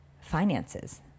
finances